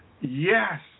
Yes